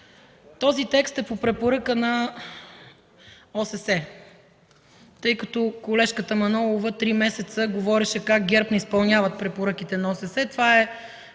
Този текст е по препоръка на ОССЕ. Колежката Манолова три месеца говореше как ГЕРБ не изпълнява препоръките на ОССЕ. Това е